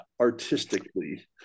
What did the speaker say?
artistically